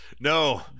No